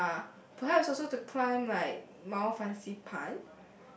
ya perhaps also to climb like Mount Fansipan